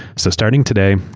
so starting today,